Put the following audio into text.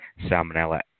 salmonella